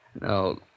No